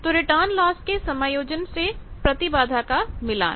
तो return loss के समायोजन से प्रतिबाधा का मिलान